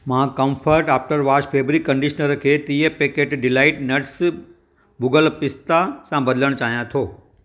मां comfort after wash fabric conditioner खे टीह पैकेट डिलाइट नट्स भुग॒लु पिस्ता सां बदिलण चाहियां थो